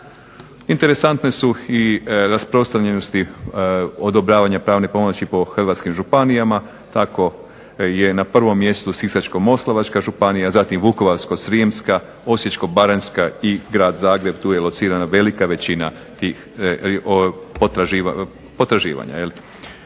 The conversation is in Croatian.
Interesantne su i rasprostranjenosti odobravanja pravne pomoći po hrvatskim županijama, tako je na 1. mjestu Sisačko-moslavačka županija, zatim Vukovarsko-srijemska, Osječko-baranjska, i grad Zagreb, tu je locirana velika većina tih potraživanja.